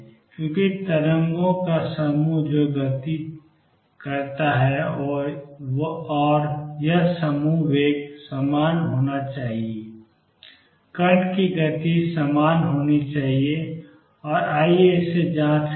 क्योंकि तरंगों का समूह जो गति करता है और यह समूह वेग समान होना चाहिए कण की गति समान होनी चाहिए और आइए इसे जांचें